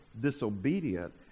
disobedient